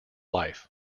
life